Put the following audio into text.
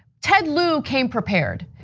ted lieu came prepared,